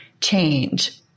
change